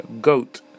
Goat